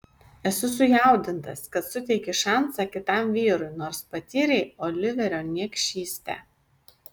esu sujaudintas kad suteiki šansą kitam vyrui nors patyrei oliverio niekšystę